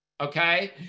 okay